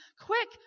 Quick